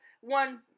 One